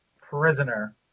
prisoner